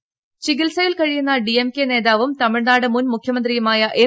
കരുണാനിധി ചികിത്സയിൽ കഴിയുന്ന ഡിഎംകെ നേതാവും തമിഴ്നാട് മുൻമുഖ്യമന്ത്രിയുമായ എം